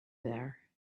there